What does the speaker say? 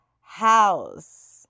house